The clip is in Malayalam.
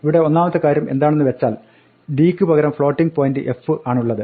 ഇവിടെ ഒന്നാമത്തെ കാര്യം എന്താണെന്ന് വെച്ചാൽ d യ്ക്ക് പകരം ഫ്ലോട്ടിംഗ് പോയിന്റിന് f ആണുള്ളത്